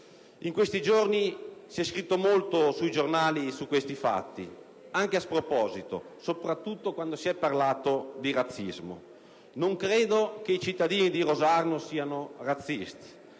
In questi giorni si è scritto molto sui giornali in merito a questi fatti, anche a sproposito, soprattutto quando si è parlato di razzismo. Non credo che i cittadini di Rosarno siano razzisti